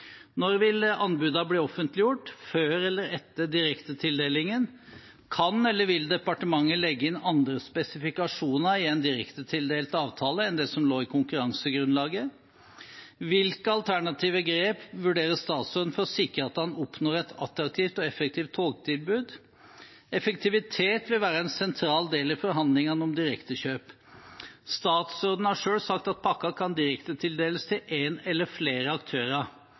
Når vil anbudene bli offentliggjort – før eller etter direktetildelingen? Kan eller vil departementet legge inn andre spesifikasjoner i en direktetildelt avtale enn det som lå i konkurransegrunnlaget? Hvilke alternative grep vurderer statsråden for å sikre at en oppnår et attraktivt og effektivt togtilbud? Effektivitet vil være en sentral del i forhandlingene om direktekjøp. Statsråden har selv sagt at pakken kan direktetildeles til en eller flere aktører.